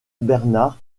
bernard